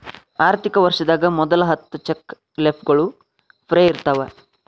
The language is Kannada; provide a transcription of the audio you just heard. ಆರ್ಥಿಕ ವರ್ಷದಾಗ ಮೊದಲ ಹತ್ತ ಚೆಕ್ ಲೇಫ್ಗಳು ಫ್ರೇ ಇರ್ತಾವ